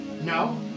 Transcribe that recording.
No